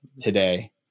today